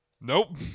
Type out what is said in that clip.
Nope